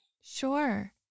Sure